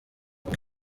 uko